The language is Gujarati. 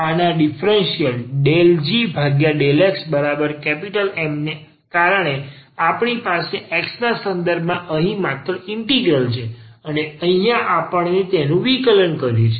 આના ડિફરનસીએટ ∂g∂xMને કારણ કે આપણી પાસે x ના સંદર્ભમાં અહીં માત્ર ઇન્ટિગ્રલ છે અને અહિયાં આપણે તેનું વિકલન કરે છે